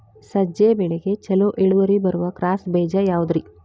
ಸಜ್ಜೆ ಬೆಳೆಗೆ ಛಲೋ ಇಳುವರಿ ಬರುವ ಕ್ರಾಸ್ ಬೇಜ ಯಾವುದ್ರಿ?